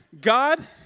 God